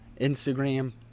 instagram